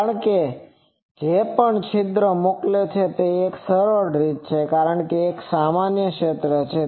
કારણ કે જે પણ છિદ્ર મોકલે છે તે એક સરળ રીત છે કારણ કે તે એક સમાન ક્ષેત્ર છે